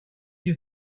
you